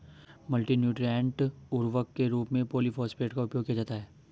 multi nutrient उर्वरक के रूप में पॉलिफॉस्फेट का उपयोग किया जाता है